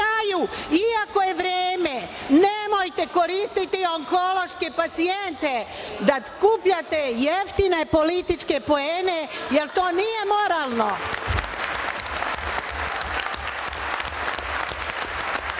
iako je vreme, nemojte koristiti onkološke pacijente da skupljate jeftine političke poene, jer to nije moralno.